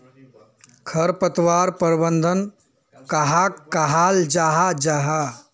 खरपतवार प्रबंधन कहाक कहाल जाहा जाहा?